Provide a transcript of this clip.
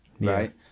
right